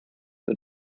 für